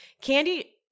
Candy